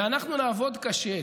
ואנחנו נעבוד קשה,